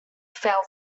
felt